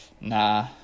Nah